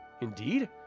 Indeed